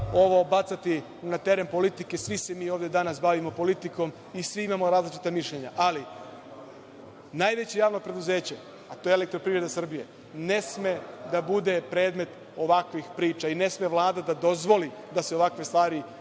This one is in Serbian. ovo bacati na teren politike. Svi se mi ovde bavimo politikom i svi imamo različita mišljenja. Najveće Javno preduzeće, a to je „Elektroprivreda Srbije“ ne sme da bude predmet ovakvih priča i ne sme Vlada da dozvoli da se ovakve stvari